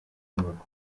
inyubako